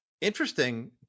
interesting